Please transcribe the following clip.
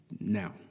now